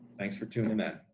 thanks for tuning in,